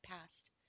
past